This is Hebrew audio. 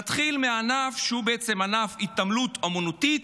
נתחיל בענף שהוא בעצם, ענף ההתעמלות האומנותית.